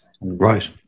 Right